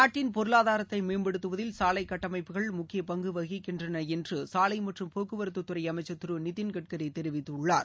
நாட்டின் பொருளாதாரத்தை மேம்படுத்துவதில் சாலை கட்டமைப்புகள் முக்கிய பங்கு வகிக்கின்றன என்று சாலை மற்றும் போக்குவரத்துத்துறை அமைச்சர் திரு நிதின் கட்கரி தெரிவித்துள்ளார்